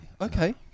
Okay